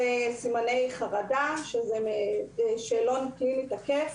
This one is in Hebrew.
אלה סימני חרדה זה שאלון תקף